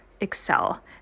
excel